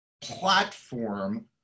platform